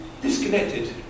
disconnected